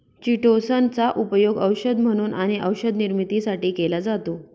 chitosan चा उपयोग औषध म्हणून आणि औषध निर्मितीसाठी केला जातो